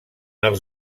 els